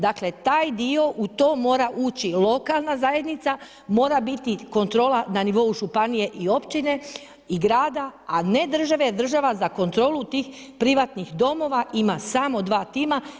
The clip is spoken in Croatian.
Dakle, taj dio u to mora ući lokalna zajednica, mora biti kontrola na nivou županije i općine i grada, a ne države jer država za kontrolu tih privatnih domova ima samo dva tima.